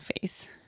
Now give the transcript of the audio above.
face